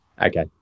Okay